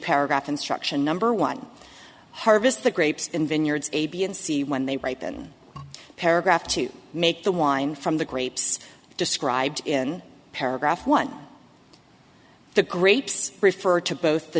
paragraph instruction number one harvest the grapes in vineyards a b and c when they ripen paragraph to make the wine from the grapes described in paragraph one the grapes refer to both the